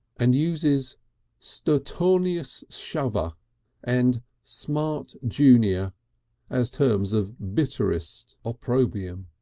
and uses stertoraneous shover and smart junior as terms of bitterest opprobrium,